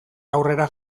aurrera